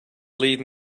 leave